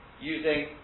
using